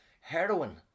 Heroin